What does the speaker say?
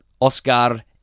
Oscar